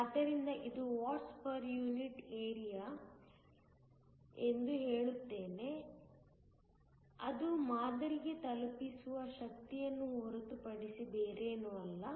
ಆದ್ದರಿಂದ ಇದು watts per unit area ಎಂದು ಹೇಳುತ್ತೇನೆ ಅದು ಮಾದರಿಗೆ ತಲುಪಿಸುವ ಶಕ್ತಿಯನ್ನು ಹೊರತುಪಡಿಸಿ ಬೇರೇನೂ ಅಲ್ಲ